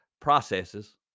processes